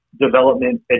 development